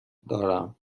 دارم